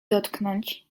dotknąć